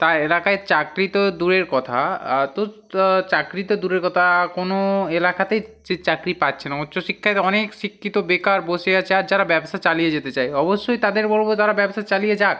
তাই এলাকায় চাকরি তো দূরের কথা এতো চাকরি তো দূরের কথা কোনো এলাকাতেই সে চাকরি পাচ্ছে না উচ্চশিক্ষাতে অনেক শিক্ষিত বেকার বসে আছে আর যারা ব্যবসা চালিয়ে যেতে চায় অবশ্যই তাদের বলবো তারা ব্যবসা চালিয়ে যাক